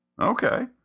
Okay